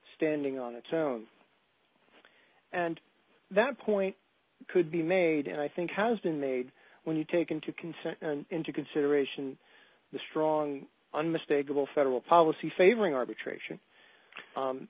standing on its own and that point could be made and i think has been made when you take into consent into consideration the strong unmistakable federal policy favoring arbitration